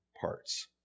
parts